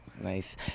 Nice